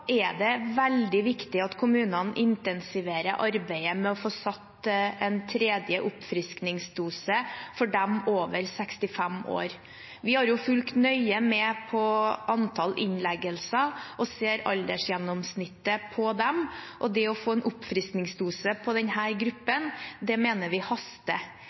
er det veldig viktig at kommunene intensiverer arbeidet med å få satt en tredje oppfriskningsdose for dem over 65 år. Vi har fulgt nøye med på antall innleggelser og ser aldersgjennomsnittet på dem, og det å få en oppfriskningsdose for denne gruppen mener vi haster.